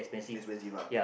expensive ya